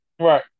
right